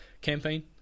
campaign